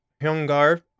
hyungar